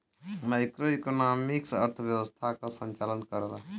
macroeconomics अर्थव्यवस्था क संचालन करला